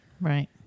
Right